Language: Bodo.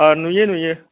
नुयो नुयो